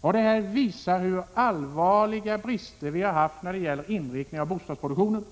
Detta visar hur allvarliga brister vi har haft när det gäller inriktningen av bostadsproduktionen.